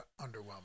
underwhelming